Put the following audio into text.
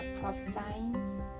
prophesying